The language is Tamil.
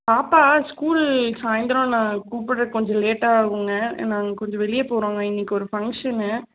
பாப்பா ஸ்கூல் சாயிந்தரம் நான் கூப்பிட கொஞ்சம் லேட் ஆகுங்க நாங்கள் கொஞ்சம் வெளியே போகறோங்க இன்னைக்கு ஒரு பங்க்ஷன்னு